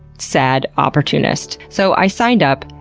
sad opportunist. so, i signed up,